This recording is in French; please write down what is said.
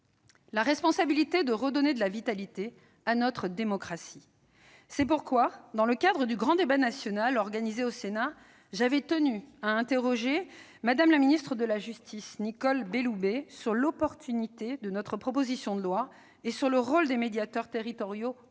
la responsabilité de redonner de la vitalité à notre démocratie. C'est pourquoi, dans le cadre du grand débat national organisé au Sénat, j'avais tenu à interroger Mme la ministre de la justice, Nicole Belloubet, sur l'opportunité de notre proposition de loi et sur le rôle des médiateurs territoriaux au sein